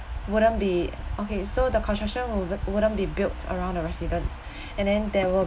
wouldn't be okay so the construction woul~ wouldn't be built around the residents and then there will